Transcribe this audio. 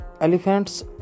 Elephants